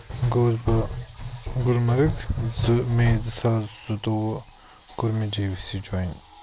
گوٚوُس بہٕ گُلمرگ زٕ مے زٕ ساس زٕتووُہ کوٚر مےٚ جے وی سی جویِن